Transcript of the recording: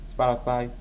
Spotify